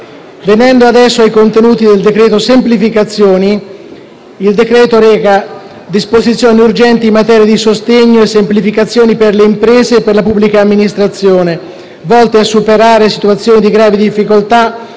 Venendo ai contenuti, il decreto-legge semplificazioni reca disposizioni urgenti in materia di sostegno e semplificazioni per le imprese e per la pubblica amministrazione volte a superare situazioni di grave difficoltà